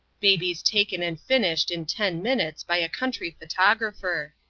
babies taken and finished in ten minutes by a country photographer.